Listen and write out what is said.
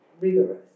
rigorous